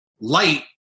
Light